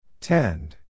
Tend